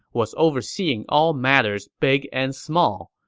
was overseeing all matters big and small.